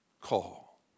call